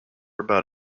about